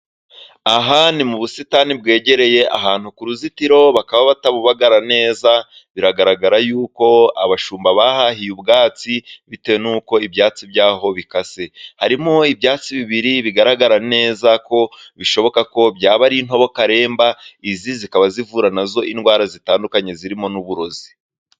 Aha ni mu busitani bwegereye ahantu ku ruzitiro, bakaba batabubagara neza. Biragaragara yuko abashumba bahahiye ubwatsi bitewe n'uko ibyatsi byaho bikase. Harimo ibyatsi bibiri bigaragara neza ko bishoboka ko byaba ari intobo karemba. Izi zikaba zivura nazo indwara zitandukanye, zirimo n'uburozi.